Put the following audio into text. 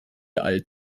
alt